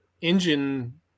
engine